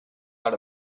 out